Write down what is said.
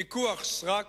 ויכוח סרק.